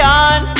on